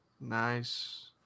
nice